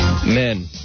Men